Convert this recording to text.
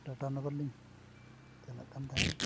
ᱴᱟᱴᱟ ᱱᱚᱜᱚᱨ ᱞᱤᱧ ᱪᱟᱞᱟᱜ ᱠᱟᱱ ᱛᱟᱦᱮᱸᱫ